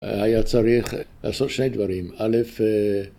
‫היה צריך לעשות שני דברים. אלף...